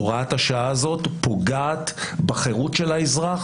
הוראת השעה הזאת פוגעת בחירות של האזרח.